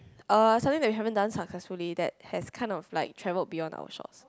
uh something that we haven't done successfully that has kind of like traveled beyond our shots